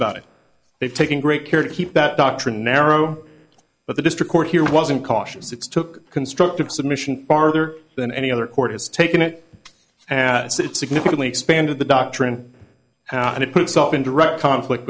about it they've taken great care to keep that doctrine narrow but the district court here wasn't cautious it's took constructive submission farther than any other court has taken it as it significantly expanded the doctrine and it put itself in direct conflict